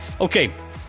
okay